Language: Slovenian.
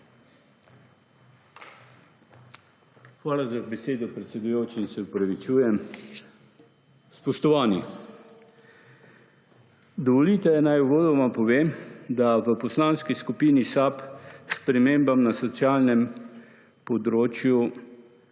Hvala za besedo, predsedujoči, in se opravičujem. Spoštovani! Dovolite, naj uvodoma povem, da v Poslanski skupini SAB spremembam na socialnem področju